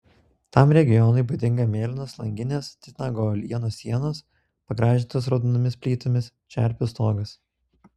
tam regionui būdinga mėlynos langinės titnago uolienos sienos pagražintos raudonomis plytomis čerpių stogas